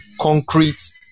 concrete